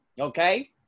okay